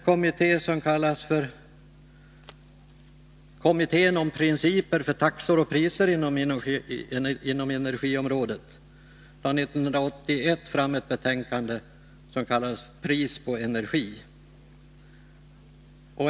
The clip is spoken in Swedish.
Kommittén om principer för taxor och priser inom energiområdet lade 1981 fram betänkandet Pris på energi.